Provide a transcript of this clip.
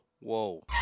whoa